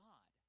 God